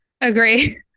Agree